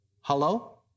Hello